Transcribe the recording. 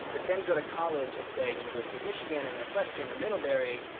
but then go to college at, say, university of michigan or northwestern or middlebury.